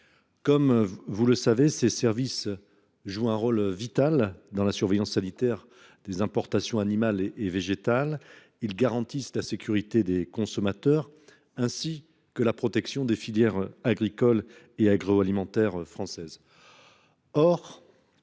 Comme vous le savez, ces services jouent un rôle vital dans la surveillance sanitaire des importations animales et végétales. Ils garantissent la sécurité des consommateurs, ainsi que la protection des filières agricoles et agroalimentaires françaises.